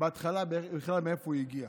בהתחלה, בכלל מאיפה הוא הגיע.